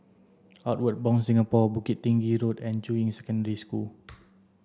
Outward Bound Singapore Bukit Tinggi Road and Juying Secondary School